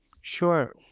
Sure